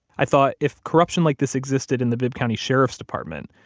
i thought, if corruption like this existed in the bibb county sheriff's department,